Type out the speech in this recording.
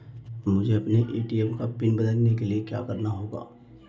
मुझे अपने ए.टी.एम का पिन बदलने के लिए क्या करना होगा?